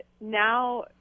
now